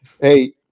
Hey